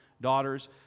Daughters